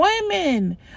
Women